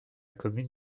commune